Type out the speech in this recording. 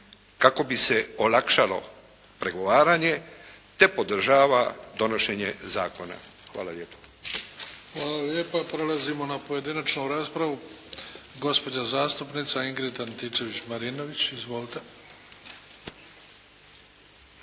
kako bi se olakšalo pregovaranje te podržava donošenje zakona. Hvala lijepo. **Bebić, Luka (HDZ)** Hvala vam lijepa. Prelazimo na pojedinačnu raspravu. Gospođa zastupnica Ingrid Antičević-Marinović. Izvolite.